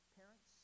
parents